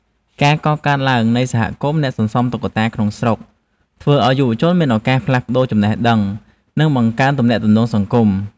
ការកកើតឡើងនៃសហគមន៍អ្នកសន្សំតុក្កតាក្នុងស្រុក ធ្វើឱ្យយុវជនមានឱកាសផ្លាស់ប្តូរចំណេះដឹង និងបង្កើនទំនាក់ទំនងសង្គម។